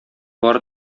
бары